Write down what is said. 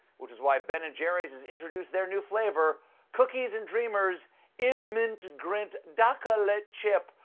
which is why ben and jerry's has introduced their new flavor cookies and dreamers im-mint-grant daca-late chip,